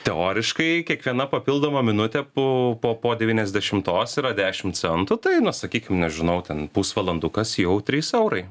teoriškai kiekviena papildoma minutė po po po devyniasdešimtos yra dešimt centų tai na sakykim nežinau ten pusvalandukas jau trys eurai